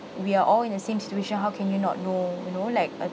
we are all in the same situation how can you not know you know like uh